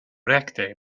rekte